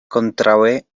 kontraŭe